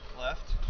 left